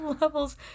levels